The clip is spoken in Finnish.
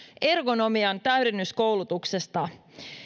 ergonomian täydennyskoulutuksesta